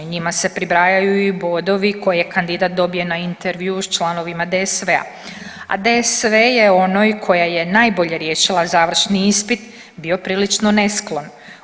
Njima se pribrajaju i bodovi koje kandidat dobije na intervjuu sa članovim DSV-a, a DSV je onoj koja je najbolje riješila završni ispit bio prilično nesklon.